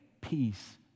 peace